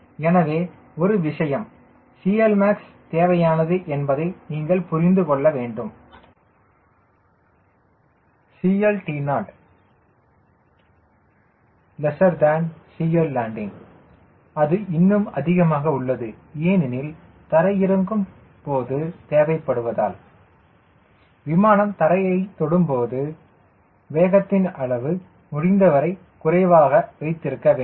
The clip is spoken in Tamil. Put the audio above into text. எனவே ஒரு விஷயம் CLmax தேவையானது என்பதை நீங்கள் புரிந்து கொள்ள வேண்டும் CLT0 CLlanding அது இன்னும் அதிகமாக உள்ளது ஏனெனில் தரையிறங்கும் போது தேவைப்படுவதால் விமானம் தரையை தொடும் பொழுது வேகத்தின் அளவு முடிந்தவரை குறைவாக வைத்திருக்க வேண்டும்